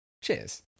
cheers